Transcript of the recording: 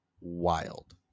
Wild